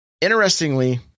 Interestingly